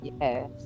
Yes